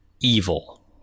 evil